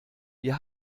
wir